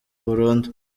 burundu